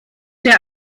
der